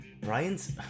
Brian's